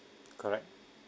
correct